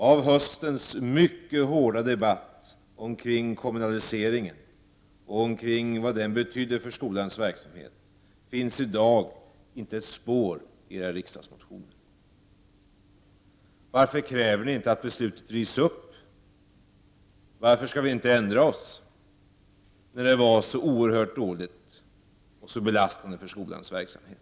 Av höstens mycket hårda debatt kring kommunaliseringen av skolan och vad den betyder för skolans verksamhet finns inte ett spår i era riksdagsmotioner. Varför kräver ni inte att beslutet rivs upp? Varför skall vi inte ändra oss, när reformen var så oerhört dålig och medförde så svåra belastningar i skolans verksamhet?